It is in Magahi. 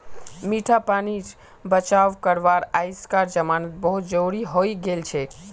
मीठा पानीर बचाव करवा अइजकार जमानात बहुत जरूरी हैं गेलछेक